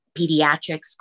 Pediatrics